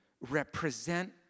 represent